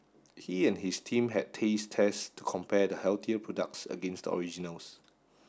he and his team had taste tests to compare the healthier products against the originals